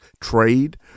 trade